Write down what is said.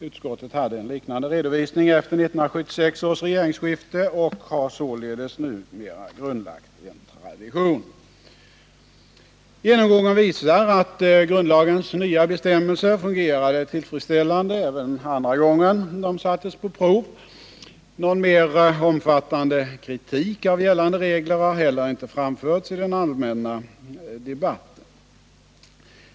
Utskottet hade en liknande redovisning efter 1976 års regeringsskifte och har således numera grundlagt en tradition. Genomgången visar att grundlagens nya bestämmelser fungerade tillfredsställande även andra gången de sattes på prov. Någon mer omfattande kritik av gällande regler har heller inte framförts i den allmänna debatten.